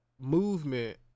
movement